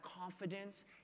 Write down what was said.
confidence